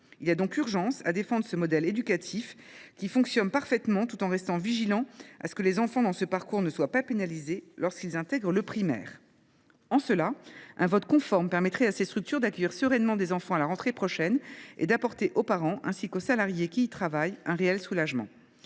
Il est donc urgent de défendre ce modèle éducatif, qui fonctionne parfaitement, tout en veillant à ce que les enfants inscrits dans ce parcours ne soient pas pénalisés lorsqu’ils intègrent l’enseignement primaire. Un vote conforme permettrait à ces structures d’accueillir sereinement des enfants à la rentrée prochaine et d’apporter aux parents, ainsi qu’aux salariés qui y travaillent, un réel soulagement.